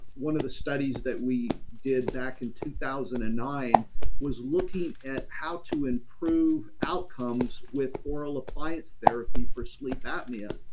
one of the studies that we did back in two thousand and nine was looking at how to improve outcomes with oral appliance therapy for sleep apnea.